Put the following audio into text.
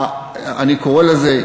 אני קורא לזה,